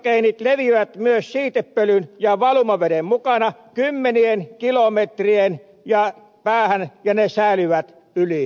siirtogeenit leviävät myös siitepölyn ja valumaveden mukana kymmenien kilometrien päähän ja ne säilyvät yli talven